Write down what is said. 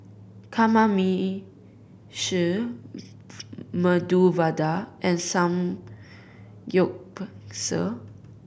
Kamameshi Medu Vada and Samgyeopsal